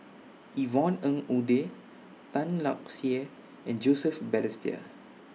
Yvonne Ng Uhde Tan Lark Sye and Joseph Balestier